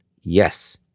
Yes